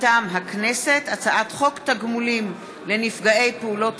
הצעת חוק הפעלת